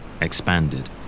expanded